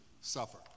suffer